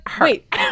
wait